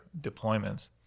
deployments